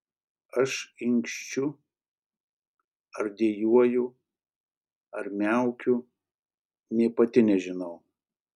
aš inkščiu ar dejuoju ar miaukiu nė pati nežinau